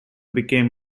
became